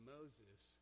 Moses